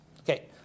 Okay